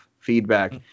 feedback